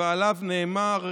ועליו נאמר,